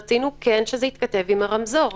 רצינו שזה יתכתב עם הרמזור.